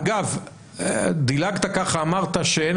אגב, דילגת, אמרת שאין